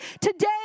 today